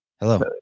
Hello